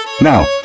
Now